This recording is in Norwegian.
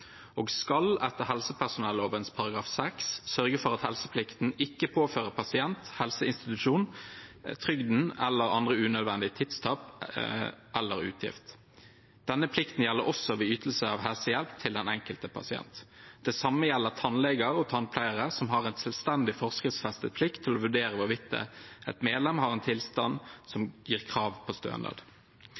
og skal etter helsepersonelloven § 6 sørge for at helseplikten ikke påfører pasient, helseinstitusjon, trygden eller andre unødvendige tidstap eller utgift. Denne plikten gjelder også ved ytelse av helsehjelp til den enkelte pasient. Det samme gjelder tannleger og tannpleiere, som har en selvstendig forskriftsfestet plikt til å vurdere hvorvidt et medlem har en tilstand som gir krav på stønad.